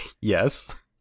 Yes